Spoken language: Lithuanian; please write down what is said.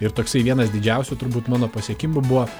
ir toksai vienas didžiausių turbūt mano pasiekimų buvo